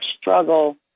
struggle